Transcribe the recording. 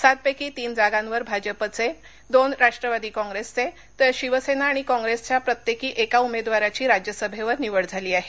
सातपैकी तीन जागांवर भाजपघे दोन राष्ट्रवादी काँप्रेसचे तर शिवसेना आणि काँग्रेसच्या प्रत्येकी एका उमेदवाराची राज्यसभेवर निवड झाली आहे